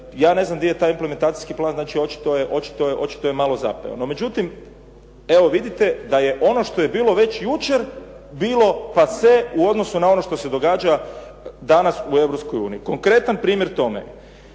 Ja ne znam gdje je taj implementacijski plan, znači očito je malo zapeo. No međutim, evo vidite da je ono što je već bilo jučer, bilo pase u odnosu na ono što se događa danas u Europskoj uniji. Konkretan primjer tome,